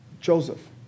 Joseph